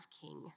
king